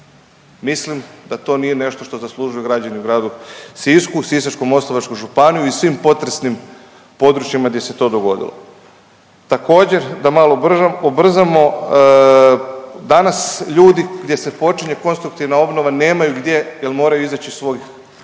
Mislim da to nije nešto što zaslužuju građani u gradu Sisku, Sisačko-moslavačkoj županiji i svim potresnim područjima gdje se to dogodilo. Također, da malo ubrzamo, danas ljudi gdje se počinje konstruktivna obnova nemaju gdje jer moraju izaći iz svojih